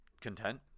content